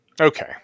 Okay